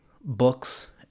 books